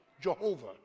Jehovah